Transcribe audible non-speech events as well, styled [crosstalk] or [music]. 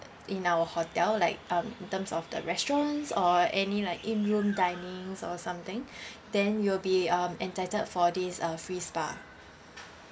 in our hotel like um in terms of the restaurants or any like in room dinings or something [breath] then you'll be um entitled for this uh free spa